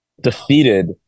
defeated